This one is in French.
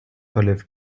relève